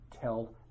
tell